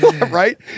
right